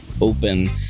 open